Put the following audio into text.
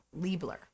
Liebler